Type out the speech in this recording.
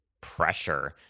pressure